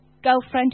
girlfriend